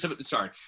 Sorry